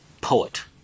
poet